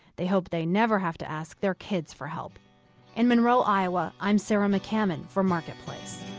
they hope they never have to ask their kids for help in monroe, iowa, i'm sarah mccammon for marketplace